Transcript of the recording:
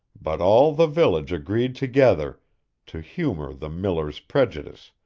but all the village agreed together to humor the miller's prejudice,